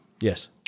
Yes